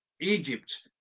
Egypt